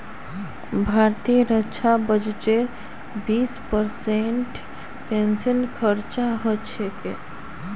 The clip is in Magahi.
भारतेर रक्षा बजटेर बीस परसेंट पेंशनत खरचा ह छेक